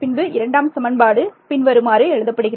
பின்பு இரண்டாம் சமன்பாடு பின்வருமாறு எழுதப்படுகிறது